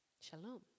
Shalom